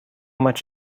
much